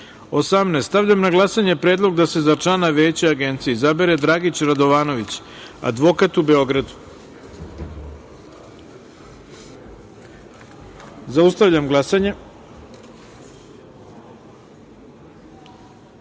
170.18. Stavljam na glasanje predlog da se za člana Veća Agencije izabere Dragić Radovanović, advokat u Beogradu. Zaustavljam glasanje: